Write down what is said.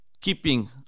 keeping